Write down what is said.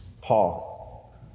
Paul